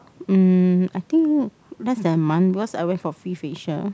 um I think less than a month because I went for free facial